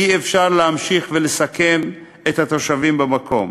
אי-אפשר להמשיך ולסכן את התושבים במקום.